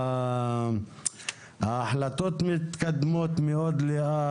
ההחלטות מתקדמות מאוד לאט,